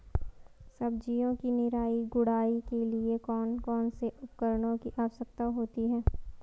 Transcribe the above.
सब्जियों की निराई गुड़ाई के लिए कौन कौन से उपकरणों की आवश्यकता होती है?